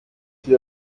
qui